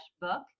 book